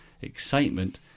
excitement